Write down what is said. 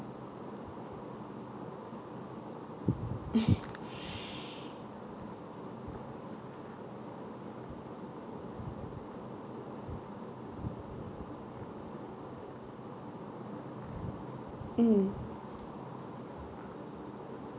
mm